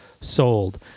sold